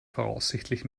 voraussichtlich